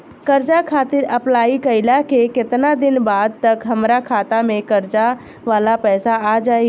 कर्जा खातिर अप्लाई कईला के केतना दिन बाद तक हमरा खाता मे कर्जा वाला पैसा आ जायी?